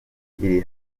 iri